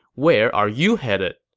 where are you headed?